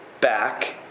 back